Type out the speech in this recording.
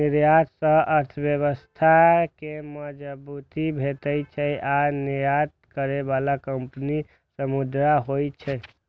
निर्यात सं अर्थव्यवस्था कें मजबूती भेटै छै आ निर्यात करै बला कंपनी समृद्ध होइ छै